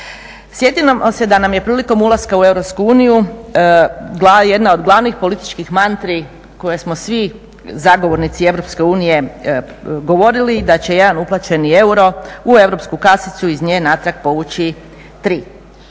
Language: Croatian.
Sjetimo se da nam je prilikom ulaska u Europsku uniju jedna od glavnih političkih mantri kojih smo svi zagovornici Europske unije govorili da će jedan uplaćeni euro u europsku kasicu iz nje natrag povući tri.